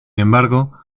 embargo